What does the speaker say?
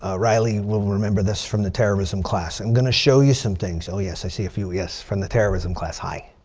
ah riley will remember this from the terrorism class. i'm going to show you some things. oh yes. i see a few yes from the terrorism class. hi.